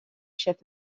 chefs